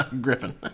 Griffin